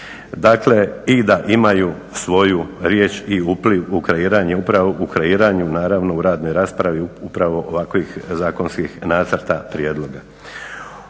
dakle i da imaju svoju riječ i upliv u kreiranju, naravno u radnoj raspravi upravo ovakvih zakonskih nacrta prijedloga.